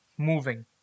Moving